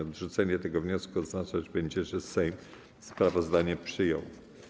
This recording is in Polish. Odrzucenie tego wniosku oznaczać będzie, że Sejm sprawozdanie przyjął.